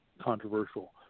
controversial